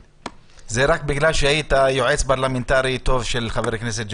זה רק בגלל שהיית יועץ פרלמנטרי טוב של חבר הכנסת ג'בארין.